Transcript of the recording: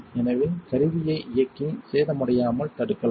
எனவே கருவியை இயக்கி சேதமடையாமல் தடுக்கலாம்